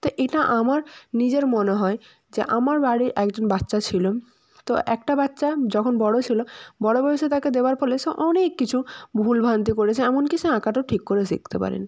তো এইটা আমার নিজের মনে হয় যে আমার বাড়ির একজন বাচ্চা ছিলো তো একটা বাচ্চা যখন বড়ো ছিলো বড়ো বয়সে তাকে দেবার ফলে সে অনেক কিছু ভুলভান্তি করেছে এমন কি সে আঁকাটাও ঠিক করে শিখতে পারে নি